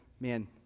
man